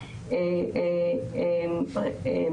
יש להם אגף נשים - אגף גברים.